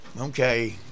Okay